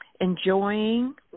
enjoying